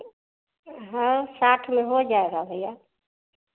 हाँ साठ में हो जाएगा भैया